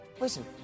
Listen